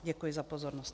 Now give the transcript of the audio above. Děkuji za pozornost.